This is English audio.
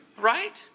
Right